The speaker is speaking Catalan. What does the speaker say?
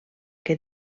que